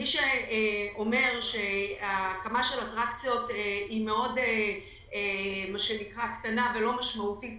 מי שאומר שהקמת של אטרקציות היא קטנה ולא משמעותית